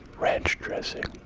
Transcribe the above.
ranch dressing.